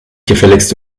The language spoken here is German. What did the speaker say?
gefälligst